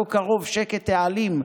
/ כה קרוב / שקט העלים,